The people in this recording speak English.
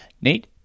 Nate